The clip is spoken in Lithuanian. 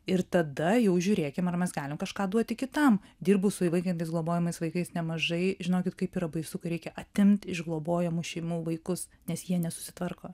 ir tada jau žiūrėkim ar mes galim kažką duoti kitam dirbu su įvaikintais globojamais vaikais nemažai žinokit kaip yra baisu kai reikia atimti iš globojamų šeimų vaikus nes jie nesusitvarko